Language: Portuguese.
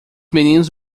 meninos